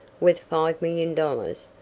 worth five million dollars,